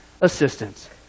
assistance